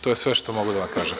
To je sve što mogu da vam kažem.